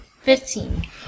Fifteen